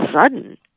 sudden